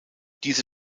diese